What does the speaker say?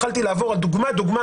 יכולתי לעבור דוגמה-דוגמה.